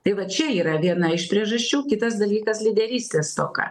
tai va čia yra viena iš priežasčių kitas dalykas lyderystės stoka